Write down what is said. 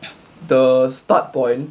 the start point